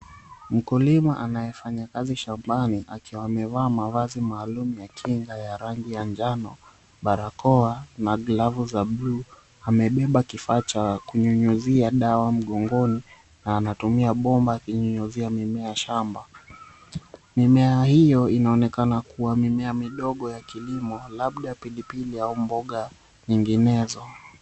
Mkulima anayefanya kazi shambani akiwa amevaa mavazi maalum ya kinga ya rangi ya njano, barakoa na glavu za buluu amebeba kifaa cha kunyunyuzia dawa mgongoni na anatumia bomba kunyunyuzia mimea shamba. Mimea hiyo inaonekana kuwa mimea midogo ya kilimo labda pilipili au mboga nyinginezo.